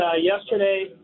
yesterday